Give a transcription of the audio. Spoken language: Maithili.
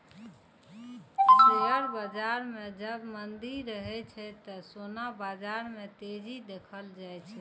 शेयर बाजार मे जब मंदी रहै छै, ते सोना बाजार मे तेजी देखल जाए छै